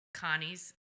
connie's